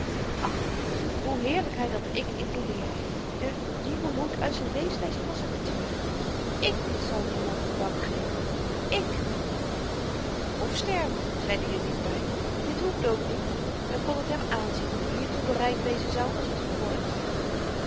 ach hoe heerlyk hy dat ik intoneerde de nieuwe hoed uit z'n leeslesje was er niets by ik zal dien man tabak geven ik of sterven zeid i er niet by en dit hoefde ook niet men kon t hem aanzien dat-i hiertoe bereid wezen zou als t gevorderd werd